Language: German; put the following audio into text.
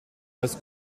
das